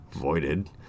voided